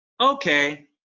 Okay